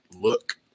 look